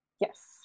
Yes